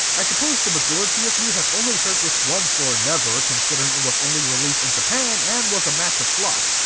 i suppose the majority of you have only heard this once or never, considering it was only released in japan and was a massive flop.